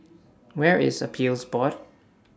Where IS Appeals Board